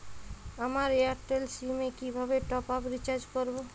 আমার Airtel SIM এ কিভাবে টপ আপ রিচার্জ করবো?